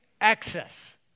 access